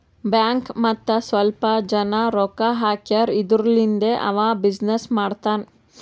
bank ಮತ್ತ ಸ್ವಲ್ಪ ಜನ ರೊಕ್ಕಾ ಹಾಕ್ಯಾರ್ ಇದುರ್ಲಿಂದೇ ಅವಾ ಬಿಸಿನ್ನೆಸ್ ಮಾಡ್ತಾನ್